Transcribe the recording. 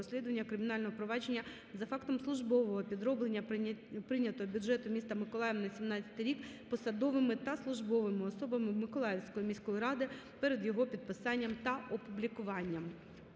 розслідування кримінального провадження за фактом службового підроблення прийнятого бюджету міста Миколаїв на 17-й рік посадовими та службовими особами Миколаївської міської ради перед його підписанням та опублікуванням.